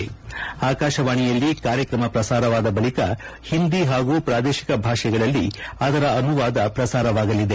ರ್ಯಾ ಆಕಾಶವಾಣಿಯಲ್ಲಿ ಕಾರ್ಯತ್ರಮ ಪ್ರಸಾರವಾದ ಬಳಿಕ ಹಿಂದಿ ಹಾಗೂ ಪ್ರಾದೇಶಿಕ ಭಾಷೆಗಳಲ್ಲಿ ಅದರ ಅನುವಾದ ಪ್ರಸಾರವಾಗಲಿದೆ